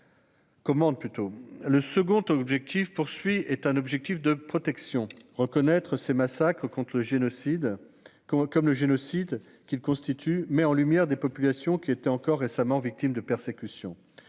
Le second objectif est un objectif de protection : reconnaître ces massacres comme le génocide qu'ils constituent mettrait en lumière des populations qui étaient encore récemment victimes de persécutions.